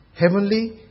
heavenly